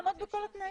לעמוד בכל התנאים.